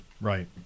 Right